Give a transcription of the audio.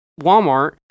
Walmart